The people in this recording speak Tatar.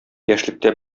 яшьлектә